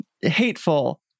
hateful